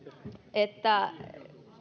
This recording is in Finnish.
että